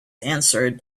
answered